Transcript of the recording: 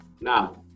Now